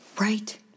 Right